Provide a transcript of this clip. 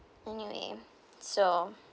anyway so